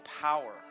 power